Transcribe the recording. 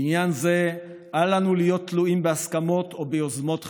בעניין זה אל לנו להיות תלויים בהסכמות או ביוזמות חיצוניות.